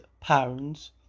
pounds